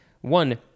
One